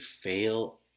fail